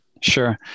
Sure